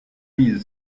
mille